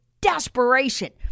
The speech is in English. desperation